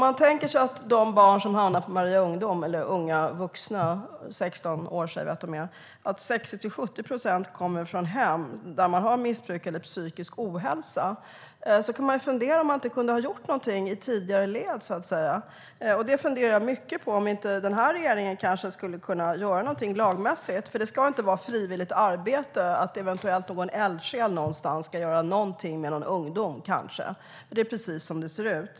Av de barn och unga vuxna - 16 år, säger vi att de är - som hamnar på Maria Ungdom kommer 60-70 procent från hem där man har missbruksproblem eller psykisk ohälsa. Kunde man inte ha gjort någonting i tidigare led? Jag funderar mycket på om den här regeringen skulle kunna göra någonting lagmässigt, för det ska inte bygga på frivilligt arbete, att eventuellt någon eldsjäl någonstans ska göra någonting med någon ungdom. Det är nämligen precis så det ser ut.